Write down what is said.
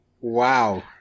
Wow